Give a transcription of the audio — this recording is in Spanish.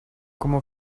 como